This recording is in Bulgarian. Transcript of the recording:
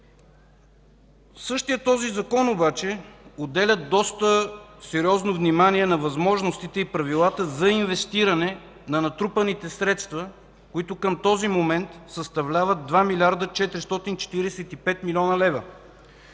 Същият този закон обаче отделя доста сериозно внимание на възможностите и правилата за инвестиране на натрупаните средства, които към този момент съставляват 2 млрд. 445 млн. лв.